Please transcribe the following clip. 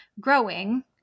growing